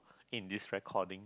in this recording